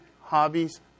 hobbies